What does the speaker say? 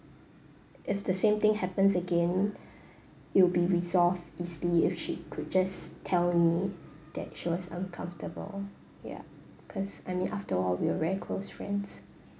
if the same thing happens again it'll be resolved easily if she could just tell me that she was uncomfortable ya cause I mean after all we were very close friends